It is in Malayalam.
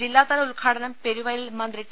ജില്ലാതല ഉദ്ഘാടനം പെരുവയിലിൽ മന്ത്രി ടി